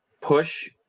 push